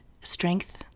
strength